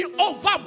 over